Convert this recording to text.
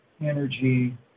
energy